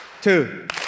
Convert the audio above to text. two